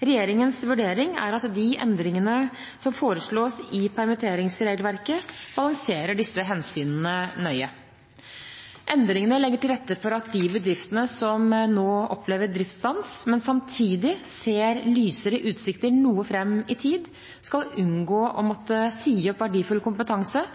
Regjeringens vurdering er at de endringene som foreslås i permitteringsregelverket, balanserer disse hensynene nøye. Endringene legger til rette for at de bedriftene som nå opplever driftsstans, men samtidig har lysere utsikter noe fram i tid, skal unngå å måtte si opp verdifull kompetanse.